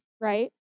right